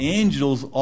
angels